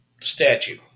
statue